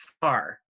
far